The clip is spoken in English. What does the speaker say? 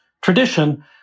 tradition